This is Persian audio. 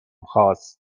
خاست